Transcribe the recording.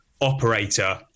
operator